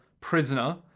prisoner